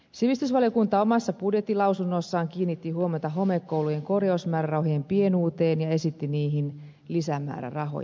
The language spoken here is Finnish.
sivistysvaliokunta omassa budjettilausunnossaan kiinnitti huomiota homekoulujen korjausmäärärahojen pienuuteen ja esitti niihin lisämäärärahoja